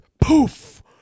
poof